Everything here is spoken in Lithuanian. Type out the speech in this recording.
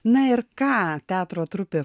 na ir ką teatro trupė